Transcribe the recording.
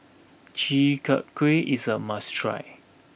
Chi Kak Kuih is a must try